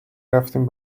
رفتیم